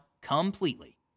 completely